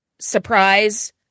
surprise